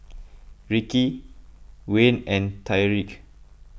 Ricki Wayne and Tyrique